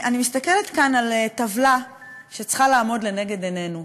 אני מסתכלת כאן על טבלה שצריכה לעמוד לנגד עינינו,